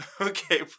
Okay